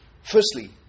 Firstly